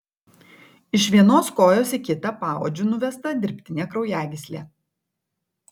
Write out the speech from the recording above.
iš vienos kojos į kitą paodžiu nuvesta dirbtinė kraujagyslė